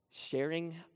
sharing